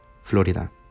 Florida